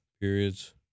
periods